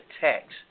text